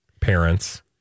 parents